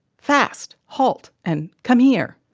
fast! halt! and come here!